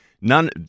none